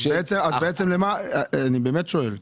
אני באמת שואל.